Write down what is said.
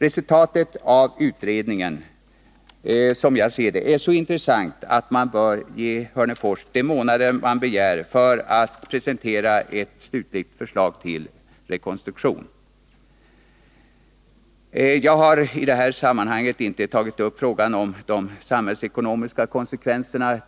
Resultatet av utredningen är, enligt min mening, så intressant att Hörnefors bör få de månader på sig som begärs för att ett slutligt förslag till rekonstruktion skall kunna framläggas. Jag har i detta sammanhang inte tagit upp frågan om de samhällsekonomiska konsekvenserna.